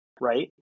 right